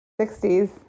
60s